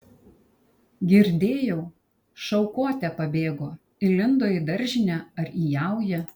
girdėjau šaukote pabėgo įlindo į daržinę ar į jaują